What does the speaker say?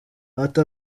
ati